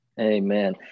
Amen